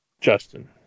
Justin